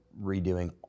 redoing